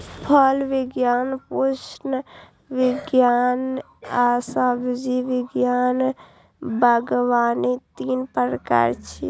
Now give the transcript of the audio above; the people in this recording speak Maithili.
फल विज्ञान, पुष्प विज्ञान आ सब्जी विज्ञान बागवानी तीन प्रकार छियै